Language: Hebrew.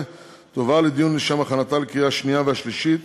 תועבר לדיון לשם הכנתה לקריאה השנייה והשלישית